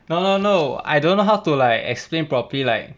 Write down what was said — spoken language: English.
no no no I don't know how to like explain properly like